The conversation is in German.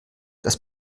das